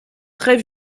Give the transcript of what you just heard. très